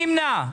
מי נמנע?